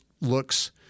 looks